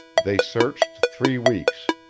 they searched three weeks.